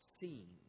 seen